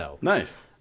Nice